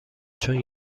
چون